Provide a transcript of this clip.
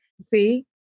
See